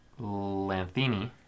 Lanthini